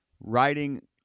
writing